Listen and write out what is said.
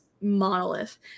monolith